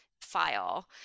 file